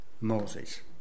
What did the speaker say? Moses